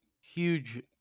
huge